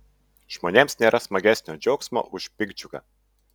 žmonėms nėra smagesnio džiaugsmo už piktdžiugą